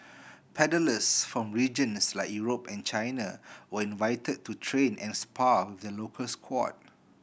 paddlers from regions like Europe and China were invited to train and spar with the local squad